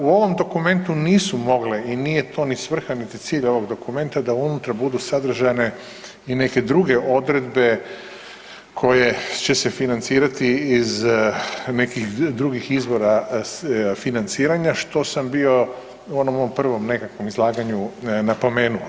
U ovom dokumentu nisu mogle i nije to niti svrha, niti cilj ovog dokumenta da unutra budu sadržane i neke druge odredbe koje će se financirati iz nekih drugih izvora financiranja što sam bio u onom mom prvom nekakvom izlaganju napomenuo.